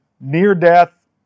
near-death